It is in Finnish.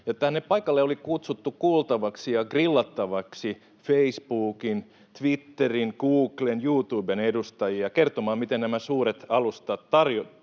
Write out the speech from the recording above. Tänne paikalle oli kutsuttu kuultavaksi ja grillattavaksi Facebookin, Twitterin, Googlen ja YouTuben edustajia kertomaan, miten nämä suuret alustat torjuvat